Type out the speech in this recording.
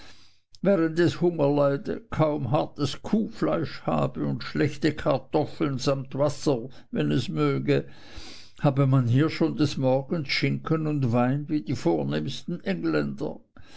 es hunger leide kaum hartes kuhfleisch habe und schlechte kartoffeln samt wasser wenn es möge habe man hier schon des morgens schinken und wein wie die vornehmsten engländer